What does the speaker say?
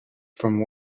from